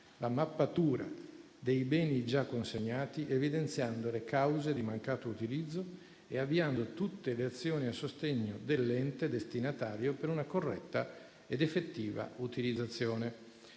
la mappatura dei beni già consegnati, evidenziando le cause di mancato utilizzo e avviando tutte le azioni a sostegno dell'ente destinatario per una corretta ed effettiva utilizzazione.